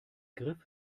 griff